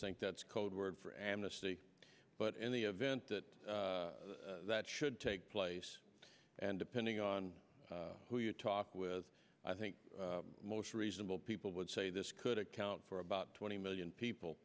think that's code word for amnesty but in the event that that should take place and depending on who you talk with i think most reasonable people would say this could account for about twenty million